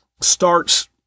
starts